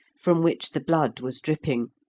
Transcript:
from which the blood was dripping.